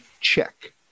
check